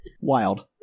Wild